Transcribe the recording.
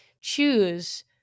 choose